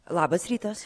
labas rytas